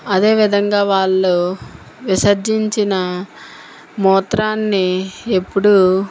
అదే విధంగా వాళ్ళు విసర్జించిన మూత్రాన్ని ఎప్పుడు